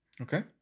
Okay